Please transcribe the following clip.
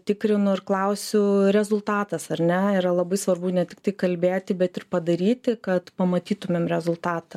tikrinu ir klausiu rezultatas ar ne yra labai svarbu ne tiktai kalbėti bet ir padaryti kad pamatytumėm rezultatą